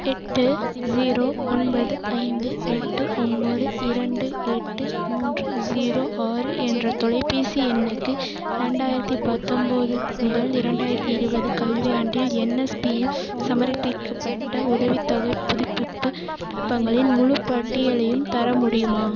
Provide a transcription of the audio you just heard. எட்டு ஜீரோ ஒன்பது ஐந்து எட்டு ஒம்பது இரண்டு எட்டு மூன்று ஜீரோ ஆறு என்ற தொலைபேசி எண்ணுக்கு ரெண்டாயிரத்து பத்தொம்பது முதல் இரண்டாயிரத்து இருபது கல்வியாண்டில் என்எஸ்பியில் சமர்ப்பிக்கப்பட்ட உதவித்தொகை புதுப்பிப்பு விண்ணப்பங்களின் முழுப்பட்டியலையும் தர முடியுமா